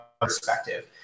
perspective